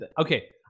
Okay